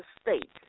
state